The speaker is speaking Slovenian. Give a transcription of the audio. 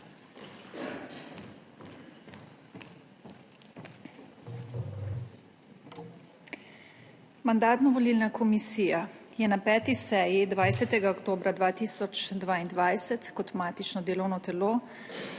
Mandatno-volilna komisija je na 5. seji 20. oktobra 2022 kot matično delovno telo